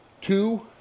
Two